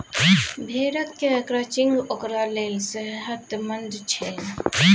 भेड़क क्रचिंग ओकरा लेल सेहतमंद छै